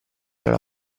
nella